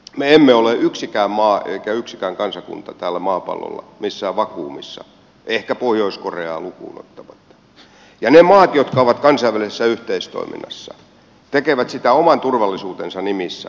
me emme ole ei yksikään maa eikä yksikään kansakunta täällä maapallolla missään vakuumissa ehkä pohjois koreaa lukuun ottamatta ja ne maat jotka ovat kansainvälisessä yhteistoiminnassa tekevät sitä oman turvallisuutensa nimissä